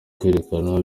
kwerekana